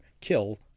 kill